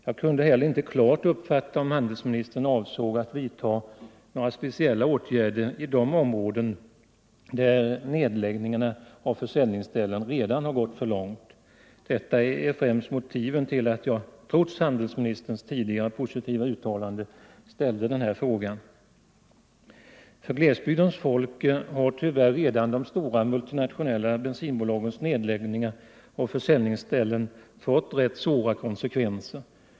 Jag kunde inte heller klart uppfatta om handelsministern avsåg att vidta några speciella åtgärder i de områden där nedläggningarna av försäljningsställen redan gått för långt. Detta är främst motiven till att jag trots handelsministerns tidigare positiva uttalande ställde frågan. För glesbygdens folk har tyvärr redan de stora multinationella bensinbolagens nedläggningar av försäljningsställen fått rätt svåra konsekvenser.